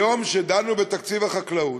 היום, כשדנו בתקציב החקלאות,